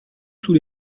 sous